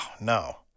no